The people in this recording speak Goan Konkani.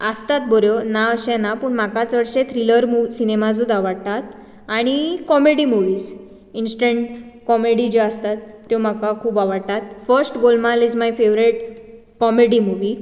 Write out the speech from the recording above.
आसतात बऱ्यो ना अशें ना पूण म्हाका चडशें थ्रिलर मु सिनेमाच आवडटा आनी कॉमेडी मुवीस इंस्टंट कॉमेडी ज्यो आसतात त्यो म्हाका खूब आवडटात first Golmaal is my favourite comedy movie